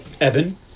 Evan